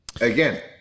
Again